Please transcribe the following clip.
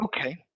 Okay